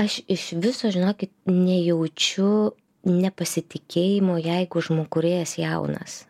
aš iš viso žinokit nejaučiu nepasitikėjimo jeigu žmu kūrėjas jaunas